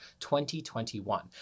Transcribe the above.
2021